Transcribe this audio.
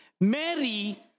Mary